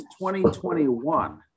2021